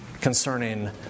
concerning